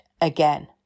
again